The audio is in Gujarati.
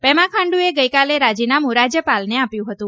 પ્રેમા ખાંડુએ ગઇકાલે રાજીનામું રાજ્યપાલને આપ્યું હતું